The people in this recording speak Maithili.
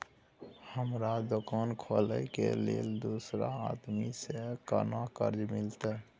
हमरा दुकान खोले के लेल दूसरा आदमी से केना कर्जा मिलते?